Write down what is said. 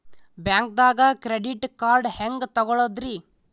ಬ್ಯಾಂಕ್ದಾಗ credit card ಹೆಂಗ್ ತಗೊಳದ್ರಿ?